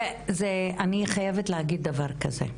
אני חייבת להגיד דבר כזה,